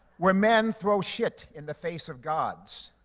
where men throw shit in the face of gods.